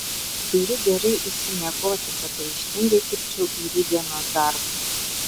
turiu gerai išsimiegoti kad ryžtingai kibčiau į rytdienos darbus